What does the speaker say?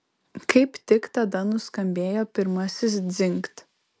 kaip tik tada nuskambėjo pirmasis dzingt